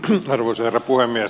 arvoisa herra puhemies